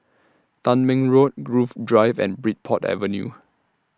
Tangmere Road Grove Drive and Bridport Avenue